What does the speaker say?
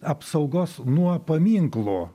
apsaugos nuo paminklų